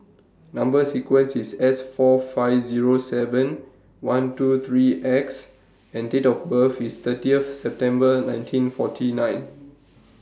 Number sequence IS S four five Zero seven one two three X and Date of birth IS thirtieth September nineteen forty nine